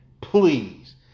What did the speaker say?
Please